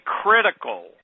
critical